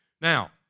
Now